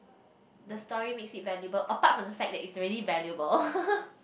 the story makes it valuable apart from the fact that it's already valuable